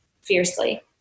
fiercely